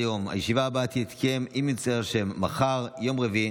אני קובע כי הצעת חוק לעידוד תעשייה עתירת ידע (הוראת שעה),